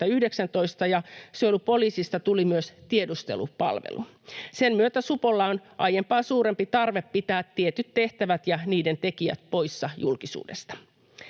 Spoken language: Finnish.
ja suojelupoliisista tuli myös tiedustelupalvelu. Sen myötä supolla on aiempaa suurempi tarve pitää tietyt tehtävät ja niiden tekijät poissa julkisuudesta.